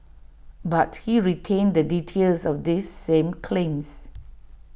but he retained the details of these same claims